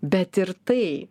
bet ir tai